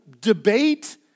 debate